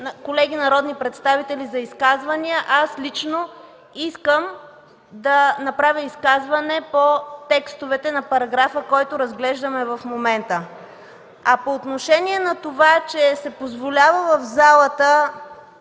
колеги народни представители за изказване. Аз лично искам да направя изказване по текстовете на параграфа, който разглеждаме в момента. А по отношение на това, че се позволява в залата